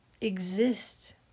exist